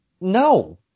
no